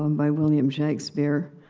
um by william shakespeare.